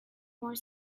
more